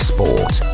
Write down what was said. Sport